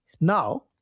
Now